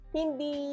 hindi